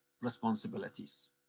responsibilities